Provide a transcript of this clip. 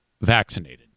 vaccinated